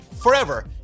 forever